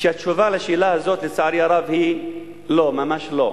שהתשובה לשאלה הזו, לצערי הרב היא לא, ממש לא.